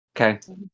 Okay